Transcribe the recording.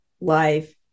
life